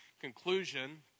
conclusion